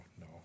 no